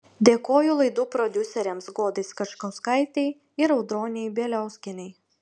dėkoju laidų prodiuserėms godai skačkauskaitei ir audronei bieliauskienei